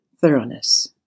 thoroughness